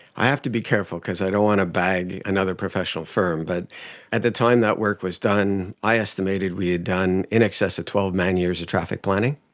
i have to be careful because i don't want to bag another professional firm, but at the time that work was done, i estimated we had done in excess of twelve man-years of traffic planning,